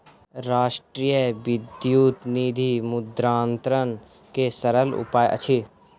राष्ट्रीय विद्युत निधि मुद्रान्तरण के सरल उपाय अछि